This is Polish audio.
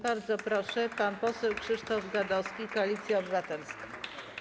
Bardzo proszę, pan poseł Krzysztof Gadowski, Koalicja Obywatelska.